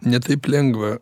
ne taip lengva